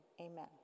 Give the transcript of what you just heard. amen